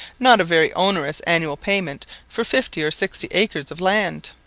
not a very onerous annual payment for fifty or sixty acres of land!